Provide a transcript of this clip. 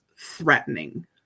threatening